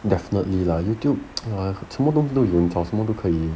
definitely lah YouTube 什么东西都有你找什么东西都可以